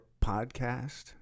podcast